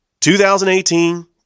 2018